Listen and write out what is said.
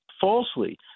falsely